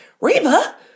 reba